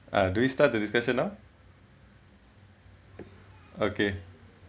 uh do we start the discussion now okay